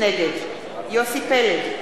נגד יוסי פלד,